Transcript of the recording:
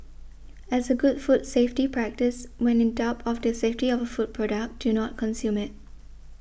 as a good food safety practice when in doubt of the safety of a food product do not consume it